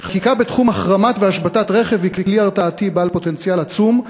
חקיקה בתחום החרמה והשבתה של רכב היא כלי הרתעתי בעל פוטנציאל עצום,